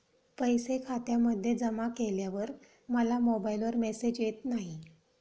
पैसे खात्यामध्ये जमा केल्यावर मला मोबाइलवर मेसेज येत नाही?